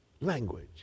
language